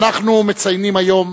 אנחנו מציינים היום